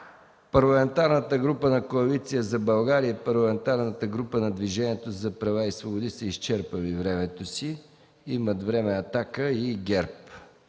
Парламентарната група на Коалиция за България и Парламентарната група на Движението за права и свободи са изчерпали времето си. Имат време „Атака” и ГЕРБ,